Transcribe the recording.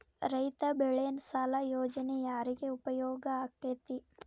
ರೈತ ಬೆಳೆ ಸಾಲ ಯೋಜನೆ ಯಾರಿಗೆ ಉಪಯೋಗ ಆಕ್ಕೆತಿ?